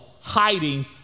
hiding